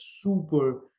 super